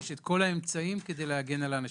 יש את כל האמצעים כדי להגן על האנשים.